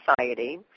Society